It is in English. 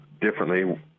differently